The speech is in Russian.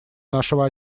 нашего